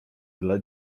dla